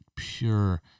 pure